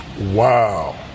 Wow